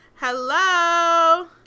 Hello